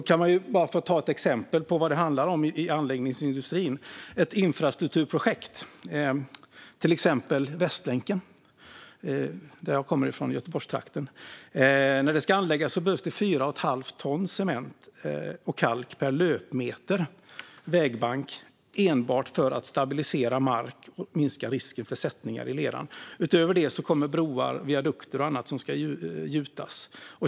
Som ett exempel på vad det handlar om i anläggningsindustrin kan jag ta infrastrukturprojektet Västlänken i Göteborgstrakten, där jag kommer från. När det ska anläggas behövs det 4 1⁄2 ton cement och kalk per löpmeter vägbank enbart för att stabilisera mark och minska risken för sättningar i leran. Utöver det kommer broar, viadukter och annat som ska gjutas.